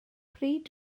pryd